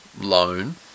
loan